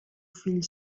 fill